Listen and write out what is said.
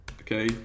okay